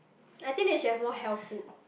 I think they should have more health food